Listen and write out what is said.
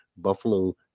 buffalo